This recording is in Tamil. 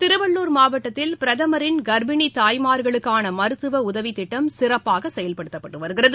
திருவள்ளுர் மாவட்டத்தில் பிரதமரின் கர்ப்பிணி தாய்மார்களுக்கான மருத்துவ உதவித் திட்டம் சிறப்பாக செயல்படுத்தப்பட்டு வருகிறது